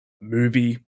movie